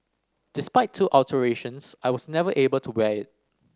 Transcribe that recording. despite two alterations I was never able to wear it